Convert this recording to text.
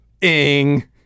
Ing